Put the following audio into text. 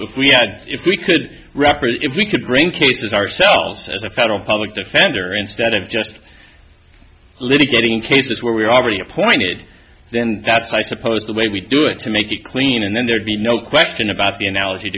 we had if we could referee if we could bring cases ourselves as a federal public defender instead of just litigating cases where we're already appointed then that's i suppose the way we do it to make it clean and then there'd be no question about the analogy